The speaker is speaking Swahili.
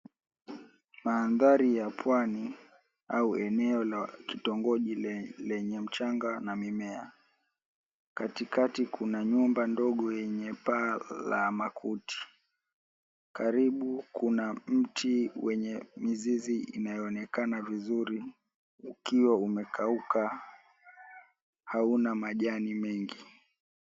Maandhari ya pwani au eneo la kitongoji lenye mchanga na mimea. Katikati kuna nyumba ndogo yenye paa la makuti. Karibu kuna mti wenye mizizi inayoonekana vizuri ukiwa umekauka hauna majani mengi.